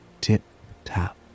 tip-tap